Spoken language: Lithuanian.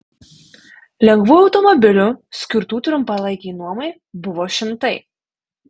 lengvųjų automobilių skirtų trumpalaikei nuomai buvo šimtai